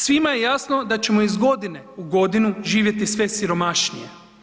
Svima je jasno da ćemo iz godine u godinu živjeti sve siromašnije.